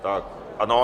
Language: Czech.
Tak ano.